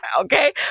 Okay